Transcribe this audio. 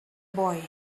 boy